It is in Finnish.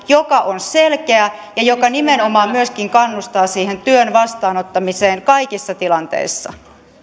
joka on selkeä ja joka nimenomaan myöskin kannustaa siihen työn vastaanottamiseen kaikissa tilanteissa